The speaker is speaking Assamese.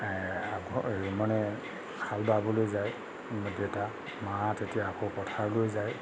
মানে হাল বাবলৈ যায় দেউতা মা তেতিয়া আকৌ পথাৰলৈ যায়